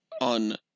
on